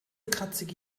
kratzige